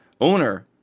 owner